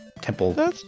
Temple